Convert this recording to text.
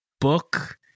book